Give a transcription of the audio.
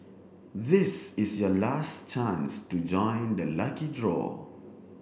this is your last chance to join the lucky draw